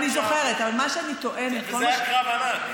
אני זוכרת, אבל מה שאני טוענת, וזה היה קרב ענק.